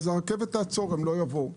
אז הרכבת תעצור, הם לא יבואו.